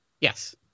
Yes